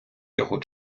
його